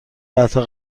بعدها